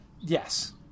Yes